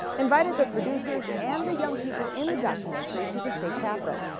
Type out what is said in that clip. invited the producers and the young people in the documentary to the state capitol.